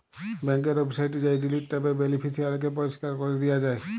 ব্যাংকের ওয়েবসাইটে যাঁয়ে ডিলিট ট্যাবে বেলিফিসিয়ারিকে পরিষ্কার ক্যরে দিয়া যায়